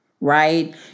right